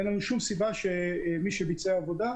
אין לנו שום סיבה שמי שביצע עבודה,